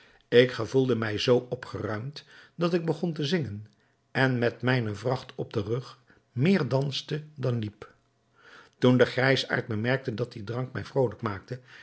ik gevoelde mij zoo opgeruimd dat ik begon te zingen en met mijne vracht op den rug meer danste dan liep toen de grijsaard bemerkte dat die drank mij vrolijk maakte